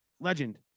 legend